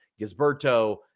Gisberto